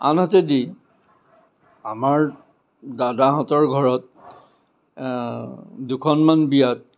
আনহাতেদি আমাৰ দাদাহঁতৰ ঘৰত দুখনমান বিয়াত